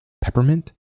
Peppermint